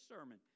sermon